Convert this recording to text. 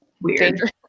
weird